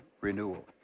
renewal